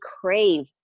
crave